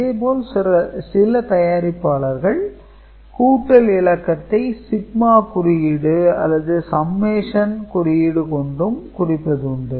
இதே போல் சில தயாரிப்பாளர்கள் கூட்டல் இலக்கத்தை Sigma குறியீடு அல்லது Summation குறியீடு கொண்டும் குறிப்பதுண்டு